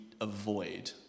avoid